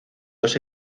dos